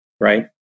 Right